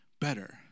better